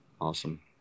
awesome